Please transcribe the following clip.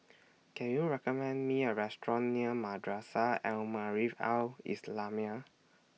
Can YOU recommend Me A Restaurant near Madrasah Al Maarif Al Islamiah